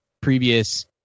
previous